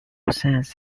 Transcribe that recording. sons